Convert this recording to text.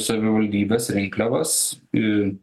savivaldybės rinkliavas ir